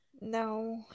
No